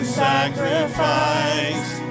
sacrifice